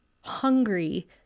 hungry